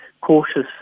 cautious